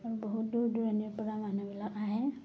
আৰু বহুত দূৰ দূৰণিৰপৰা মানুহবিলাক আহে